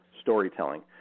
storytelling